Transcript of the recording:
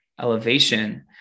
elevation